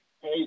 Hey